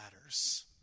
ladders